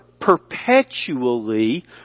perpetually